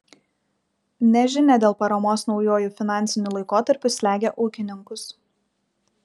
nežinia dėl paramos naujuoju finansiniu laikotarpiu slegia ūkininkus